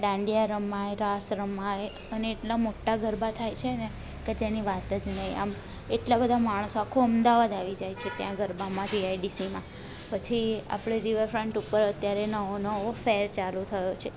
ડાંડિયા રમાય રાસ રમાય અને એટલા મોટા ગરબા થાય છેને કે જેની વાત જ નહીં આમ એટલાં બધાં માણસો આખું અમદાવાદ આવી જાય છે ત્યાં ગરબામાં જીઆઇડીસીમાં પછી આપણે રિવર ફ્રન્ટ ઉપર અત્યારે નવો નવો ફેર ચાલુ થયો છે